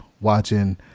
watching